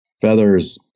feathers